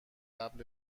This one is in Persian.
قبل